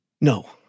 No